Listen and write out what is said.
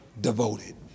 devoted